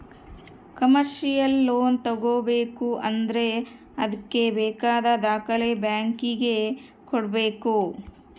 commercial loan ತಗೋಬೇಕು ಅಂದ್ರೆ ಅದ್ಕೆ ಬೇಕಾದ ದಾಖಲೆ ಬ್ಯಾಂಕ್ ಗೆ ಕೊಡ್ಬೇಕು